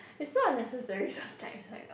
it's not a necessary subtext like